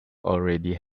already